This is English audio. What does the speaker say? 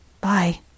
Bye